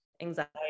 anxiety